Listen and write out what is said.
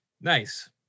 nice